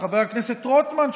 חבר הכנסת רוטמן,